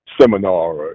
seminar